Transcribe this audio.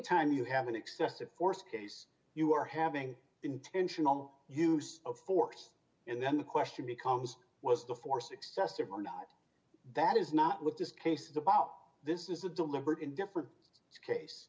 time you have an excessive force case you are having intentional use of force and then the question becomes was the force excessive or not that is not with this case is about this is a deliberate indifference to case